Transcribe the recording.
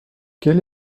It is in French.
quel